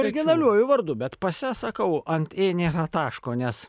originaliuoju vardu bet pase sakau ant ė nėra taško nes